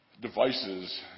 Devices